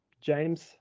James